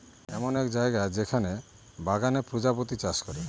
এমন এক জায়গা যেখানে বাগানে প্রজাপতি চাষ করে